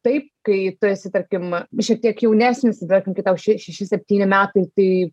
taip kai tu esi tarkim šiek tiek jaunesnis tarkim kai tau šeši septyni metai tai